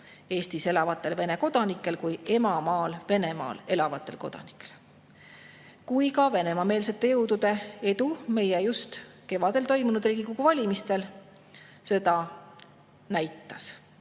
Eestis elavate Vene kodanike kui emamaal, Venemaal elavate kodanike seas. Ka Venemaa-meelsete jõudude edu meie just kevadel toimunud Riigikogu valimistel näitas,